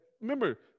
Remember